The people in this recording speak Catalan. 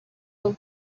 del